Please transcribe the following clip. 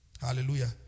Hallelujah